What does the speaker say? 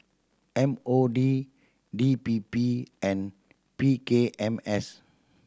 M O D D P P and P K M S